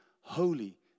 holy